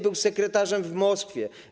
Był sekretarzem w Moskwie.